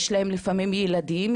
יש להם לפעמים ילדים,